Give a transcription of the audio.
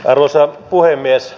arvoisa puhemies